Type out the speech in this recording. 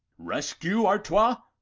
rescue, artois?